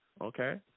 okay